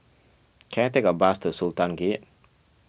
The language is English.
can I take a bus to Sultan Gate